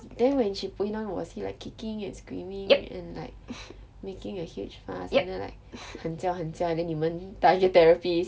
then when she pull him down was he like kicking and screaming and like making a huge fuss and then like 狠架狠架 then 你们带去 therapists